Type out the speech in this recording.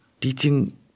teaching